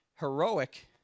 heroic